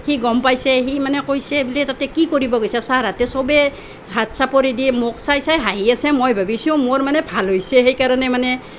সি গম পাইছে সি মানে কৈছে সেইবুলি তাতে কি কৰিব গৈছ' চাৰহঁতে সবে হাত চাপৰি দি মোক চাই চাই হাঁহি আছে মই ভাবিছোঁ মোৰ মানে ভাল হৈছে সেইকাৰণে মানে